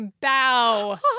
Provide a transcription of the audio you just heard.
bow